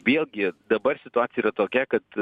vėlgi dabar situacija yra tokia kad